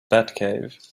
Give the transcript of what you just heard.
batcave